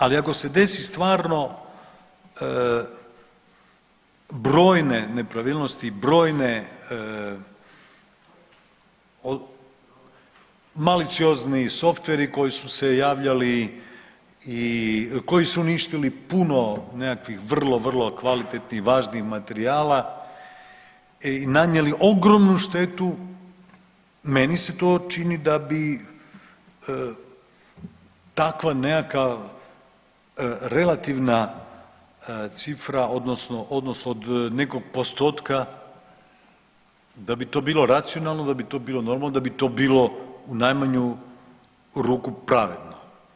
Ali ako se desi stvarno brojne nepravilnosti i brojne maliciozni Softveri koji su se javljali i koji su uništili puno nekakvih vrlo, vrlo kvalitetnih i važnih materijala i nanijeli ogromnu štetu, meni se to čini da bi takva nekakva relativna cifra odnosno odnos od nekog postotka da bi to bilo racionalno, da bi to bilo normalno, da bi to bilo u najmanju ruku pravedno.